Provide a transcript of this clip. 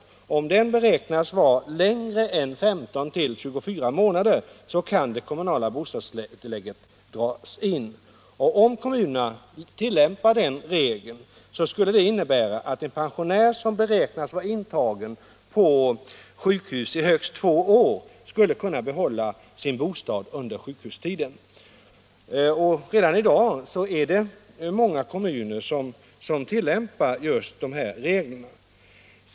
Om den beräknas vara längre än 15-24 månader kan det kommunala bostadstillägget dras in. Om kommunerna tillämpar den regeln skulle det innebära att en pensionär som beräknas vara intagen på sjukhus under högst två år skulle kunna behålla sin bostad under sjukhustiden. Och redan i dag är det många kommuner som tillämpar just de här reglerna.